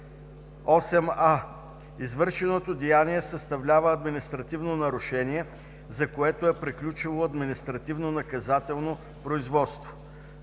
„8а. извършеното деяние съставлява административно нарушение, за което е приключило административнонаказателно производство;“.